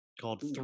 called